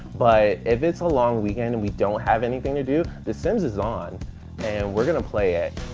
but if it's a long weekend and we don't have anything to do, the sims is on and we're going to play it.